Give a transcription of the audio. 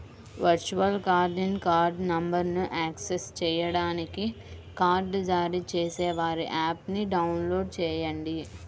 virtual కార్డ్ని card నంబర్ను access చేయడానికి కార్డ్ జారీ చేసేవారి యాప్ని డౌన్లోడ్ చేయండి